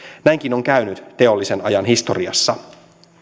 näinkin on käynyt teollisen ajan historiassa